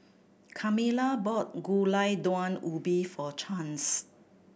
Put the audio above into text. Carmela bought Gulai Daun Ubi for Chance